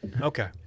okay